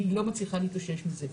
והיא לא מצליחה להתאושש מזה.